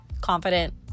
confident